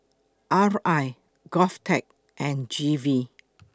R I Govtech and G V